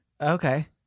Okay